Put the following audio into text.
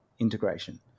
integration